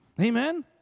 Amen